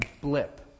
blip